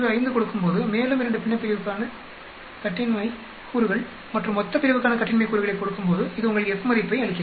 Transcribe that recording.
05 கொடுக்கும்போது மேலும் 2 பின்னப்பிரிவுக்கான கட்டின்மை கூறுகள் மற்றும் மொத்தப்பிரிவுக்கான கட்டின்மை கூறுகளை கொடுக்கும்போது இது உங்களுக்கு F மதிப்பை அளிக்கிறது